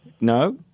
No